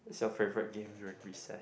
is a favourite game during recess